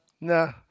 no